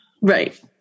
Right